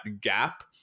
gap